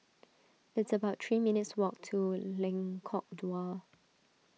it's about three minutes' walk to Lengkok Dua